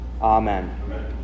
Amen